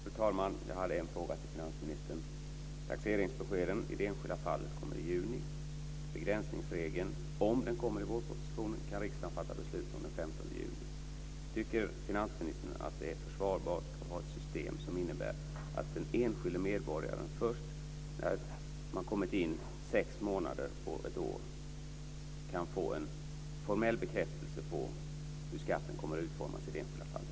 Fru talman! Jag har en fråga till finansministern. Taxeringsbeskeden i de enskilda fallen kommer i juni. Om förslag om en begränsningsregel kommer i vårpropositionen kan riksdagen fatta beslut om det den 15 juni. Tycker finansministern att det är försvarbart att ha ett system som innebär att den enskilde medborgaren först när man kommit in sex månader på ett år kan få en formell bekräftelse på hur skatten kommer att utformas i det enskilda fallet?